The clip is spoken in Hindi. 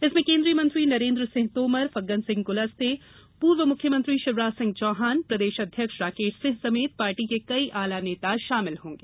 इसमें केंद्रीय मंत्री नरेन्द्र सिंह तोमर फग्गन सिंह कुलस्ते पूर्व मुख्यमंत्री शिवराज सिंह चौहान प्रदेश अध्यक्ष राकेश सिंह समेत पार्टी के कई आला नेता शामिल होंगे